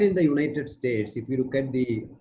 in the united states, if you look at the